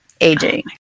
aging